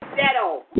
settle